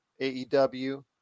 AEW